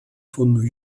von